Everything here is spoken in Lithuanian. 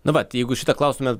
na vat jeigu šito klaustumėt